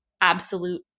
absolute